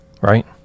Right